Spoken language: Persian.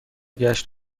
گشت